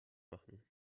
machen